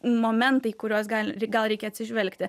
momentai į kuriuos gal gal reikia atsižvelgti